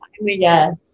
Yes